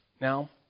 Now